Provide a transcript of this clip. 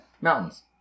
mountains